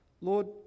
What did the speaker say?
Lord